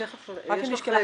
מיד נדבר על זה.